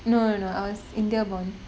no no no I was india born